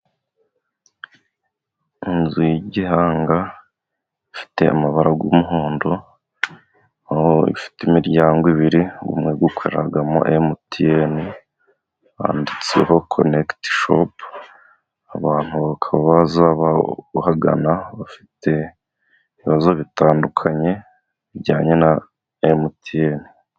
Inzu y'igihanga ifite amabara y'umuhondo ifite imiryango ibiri. Umwe ukoreramo mtn, banditseho konegiti shopu abantu bakaba baza bahagana bafite ibibazo bitandukanye bijyanye na mtn.